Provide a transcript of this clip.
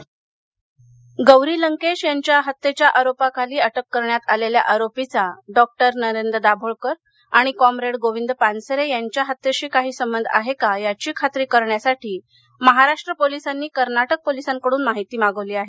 गौरी लंकेश गौरी लंकेश यांच्या हत्येच्या आरोपाखाली अटक करण्यात आलेल्या आरोपीचा डॉक्टर नरेंद्र दाभोळकर आणि कॉम्रेड गोविंद पानसरे यांच्या हत्येशी काही संबंध आहे का याची खात्री करण्यासाठी महाराष्ट्र पोलिसांनी कर्नाटक पोलिसांकडून माहिती मागवली आहे